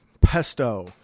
pesto